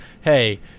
hey